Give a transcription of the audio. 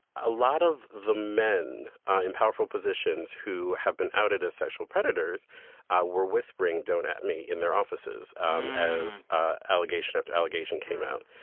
a lot of the men in powerful positions who have been outed as sexual predators were whispering, don't at me in their offices as ah allegation after allegation came out.